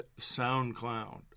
SoundCloud